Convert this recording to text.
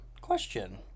question